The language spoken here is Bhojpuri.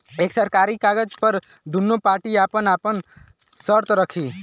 एक सरकारी कागज पर दुन्नो पार्टी आपन आपन सर्त रखी